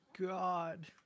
God